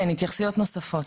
כן, התייחסויות נוספות?